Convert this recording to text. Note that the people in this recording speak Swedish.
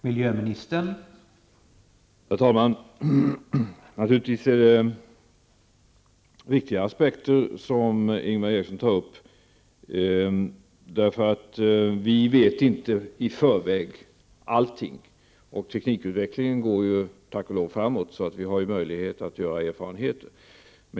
Herr talman! Det är naturligtvis viktiga aspekter som Ingvar Eriksson tar upp eftersom vi inte vet allting i förväg och eftersom teknikutvecklingen, tack och lov, går framåt. Vi har ju möjlighet att göra erfarenheter.